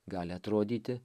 gali atrodyti